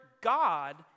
God